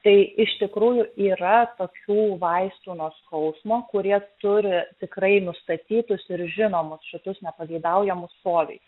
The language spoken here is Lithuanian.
tai iš tikrųjų yra tokių vaistų nuo skausmo kurie turi tikrai nustatytus ir žinomus šitus nepageidaujamus poveikius